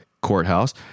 courthouse